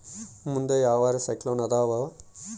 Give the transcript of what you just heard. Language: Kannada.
ಮುಂದೆ ಯಾವರ ಸೈಕ್ಲೋನ್ ಅದಾವ?